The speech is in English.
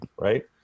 right